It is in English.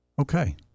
okay